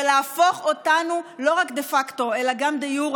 ולהפוך אותנו לא רק דה פקטו אלא גם דה יורה,